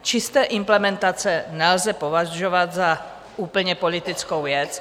Čisté implementace nelze považovat za úplně politickou věc.